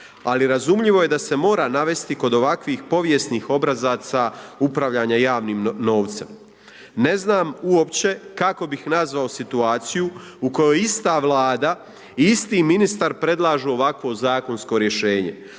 Ali razumljivo je da se mora navesti kod ovakvih povijesnih obrazaca upravljanja javnim novcem. Ne znam uopće kako bih nazvao situaciju u kojoj ista Vlada i isti ministar predlažu ovakvo zakonsko rješenje,